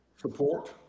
support